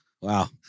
Wow